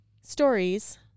stories